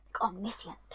Omniscient